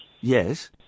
Yes